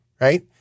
right